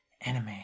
anime